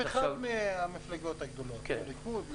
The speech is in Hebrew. אין אף אחד מהמפלגות הגדולות לא מהליכוד,